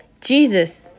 Jesus